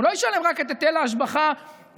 הוא לא ישלם רק את היטל ההשבחה ואת